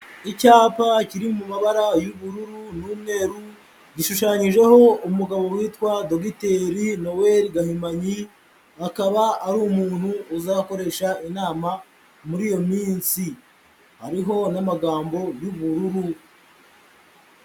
Icyapa kiri mu mabara y'ubururu n'umweru, gishushanyijeho umugabo witwa Dogiteri Noel Gahimanyi, akaba ari umuntu uzakoresha inama muri iyo minsi. Hariho n'amagambo y'ubururu.